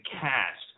cast